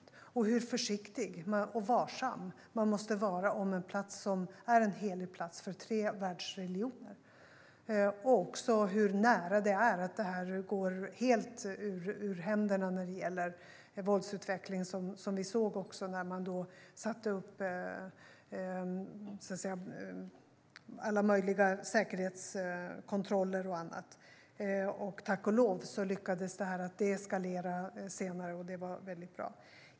Det har visats hur försiktig och varsam man måste vara om en plats som är helig för tre världsreligioner och också hur nära det är att det här går oss helt ur händerna när det gäller våldsutvecklingen, och vi såg också hur man satte upp alla möjliga säkerhetskontroller och annat. Tack och lov lyckades det deeskalera senare, och det var väldigt bra.